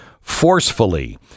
forcefully